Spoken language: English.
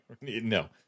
No